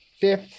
fifth